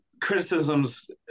criticisms